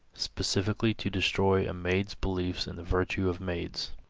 specifically, to destroy a maid's belief in the virtue of maids.